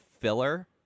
filler